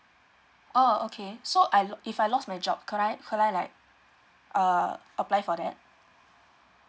oh okay so I lo~ if I lost my job could I could I like err apply for that